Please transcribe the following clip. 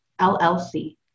LLC